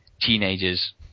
teenagers